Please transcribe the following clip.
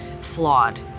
flawed